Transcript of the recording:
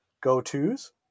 go-to's